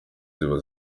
ziba